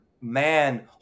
man